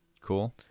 Cool